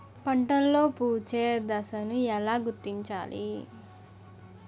పంటలలో పుష్పించే దశను ఎలా గుర్తించాలి?